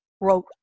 wrote